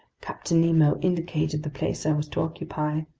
captain nemo indicated the place i was to occupy.